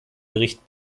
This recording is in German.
bericht